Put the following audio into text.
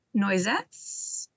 Noisettes